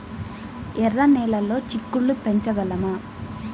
ఎర్ర నెలలో చిక్కుళ్ళు పెంచగలమా?